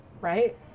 Right